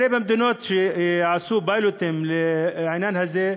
הרי במדינות שעשו פיילוטים לעניין הזה,